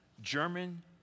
German